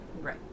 Right